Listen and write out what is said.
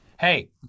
hey